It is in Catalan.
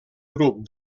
grup